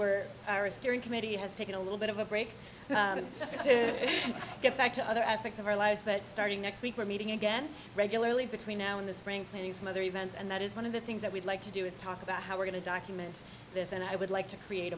we're iris steering committee has taken a little bit of a break to get back to other aspects of our lives but starting next week we're meeting again regularly between now and the spring cleaning from other events and that is one of the things that we'd like to do is talk about how we're going to document this and i would like to create